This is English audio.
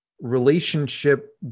Relationship